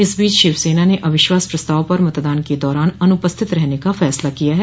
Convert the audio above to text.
इस बीच शिवसेना ने अविश्वास प्रस्ताव पर मतदान के दौरान अनुपस्थित रहने का फैसला किया है